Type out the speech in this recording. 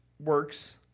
Works